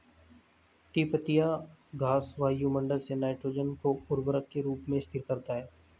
तिपतिया घास वायुमंडल से नाइट्रोजन को उर्वरक के रूप में स्थिर करता है